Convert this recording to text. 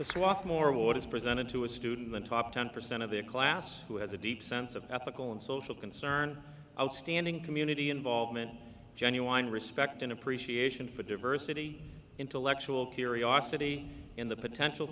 the swath more what is presented to a student the top ten percent of their class who has a deep sense of ethical and social concern outstanding community involvement genuine respect and appreciation for diversity intellectual curiosity and the potential